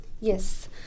yes